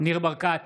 ניר ברקת,